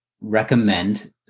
recommend